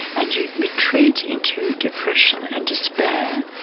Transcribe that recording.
and you retreat into depression and despair,